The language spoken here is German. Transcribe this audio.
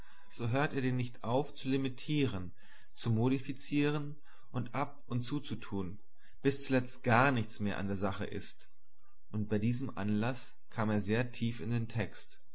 so hört er dir nicht auf zu limitieren zu modifizieren und ab und zuzutun bis zuletzt gar nichts mehr an der sache ist und bei diesem anlaß kam er sehr tief in text